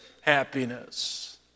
happiness